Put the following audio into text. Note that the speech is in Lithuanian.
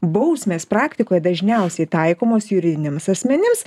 bausmės praktikoj dažniausiai taikomos juridiniams asmenims